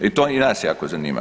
I to i nas jako zanima.